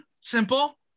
simple